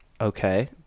Okay